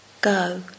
go